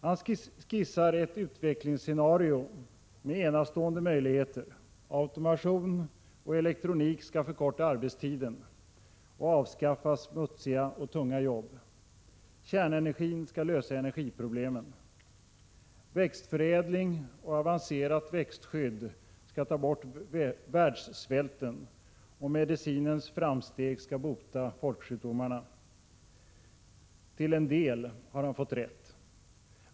Han skissar ett utvecklingsscenario med enastående möjligheter. Automation och elektronik skall förkorta arbetstiden och avskaffa smutsiga och tunga jobb. Kärnenergin skall lösa energiproblemen, växtförädling och avancerat växtskydd ta bort världssvälten och medicinens framsteg bota folksjukdomarna. Till en del har han fått rätt.